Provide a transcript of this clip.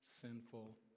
sinful